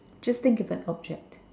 just think of an object